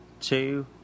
two